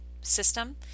system